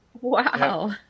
Wow